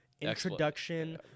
introduction